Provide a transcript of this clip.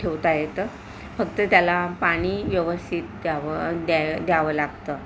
ठेवता येतं फक्त त्याला पाणी व्यवस्थित द्यावं द्या द्यावं लागतं